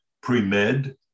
pre-med